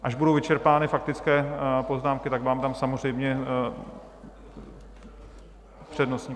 Až budou vyčerpány faktické poznámky, tak vám dám samozřejmě přednostní právo.